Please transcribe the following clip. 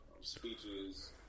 speeches